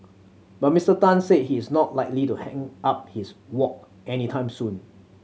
but Mister Tan said he's not like to hang up his wok anytime soon